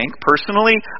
personally